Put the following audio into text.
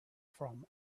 from